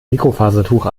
mikrofasertuch